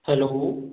hello